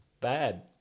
bad